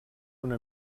una